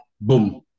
boom